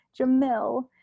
Jamil